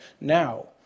now